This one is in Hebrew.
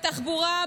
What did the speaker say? בתחבורה,